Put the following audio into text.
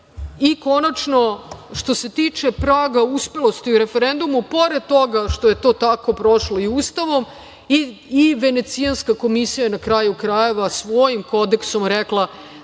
što se tiče praga uspelosti o referendumu, pored toga što je to tako prošlo i Ustavom, i Venecijanska komisija je na kraju krajeva svojim kodeksom rekla